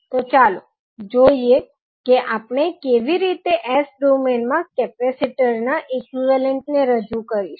તો ચાલો જોઈએ કે આપણે કેવી રીતે S ડોમેઇન માં કેપેસિટરના ઇક્વીવેલન્ટ ને રજૂ કરીશું